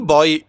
Boy